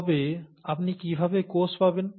তাহলে আপনি কিভাবে কোষ পাবেন